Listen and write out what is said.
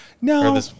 No